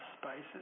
spices